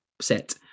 set